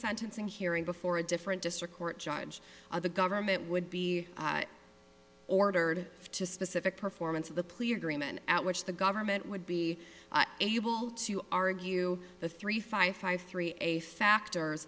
recent unsing hearing before a different district court judge or the government would be ordered to specific performance of the plea agreement at which the government would be able to argue the three five five three a factor